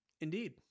indeed